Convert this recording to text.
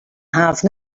have